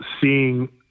seeing